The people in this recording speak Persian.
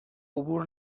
عبور